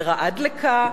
וראה דלקה,